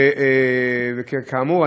וכאמור,